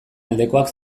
aldekoak